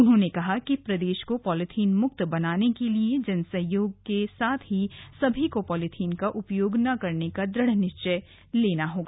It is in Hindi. उन्होंने कहा कि प्रदेश को पॉलीथीन मुक्त बनाने के लिए जन सहयोग के साथ ही सभी को पॉलीथीन का उपयोग न करने का दृढ़ निश्चय करना होगा